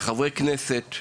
כחברי כנסת,